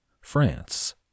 France